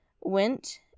went